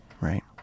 right